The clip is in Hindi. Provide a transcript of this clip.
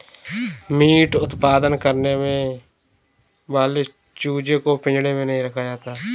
मीट उत्पादन करने वाले चूजे को पिंजड़े में नहीं रखा जाता